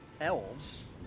elves